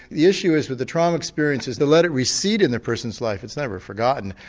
the issue is with the trauma experiences the latter recede in the person's life, it's never forgotten,